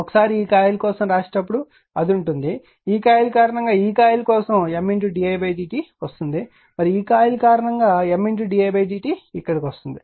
ఒకసారి ఈ కాయిల్ కోసం వ్రాసేటప్పుడు అది ఉంటుంది ఈ కాయిల్ కారణంగా ఈ కాయిల్ కోసం M d i dt వస్తుంది మరియు ఈ కాయిల్ కారణంగా M d i dt ఇక్కడకి వస్తుంది